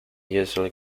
usually